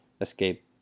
escape